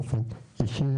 אני, באופן אישי,